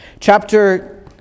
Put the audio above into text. Chapter